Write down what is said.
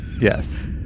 Yes